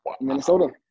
Minnesota